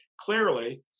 clearly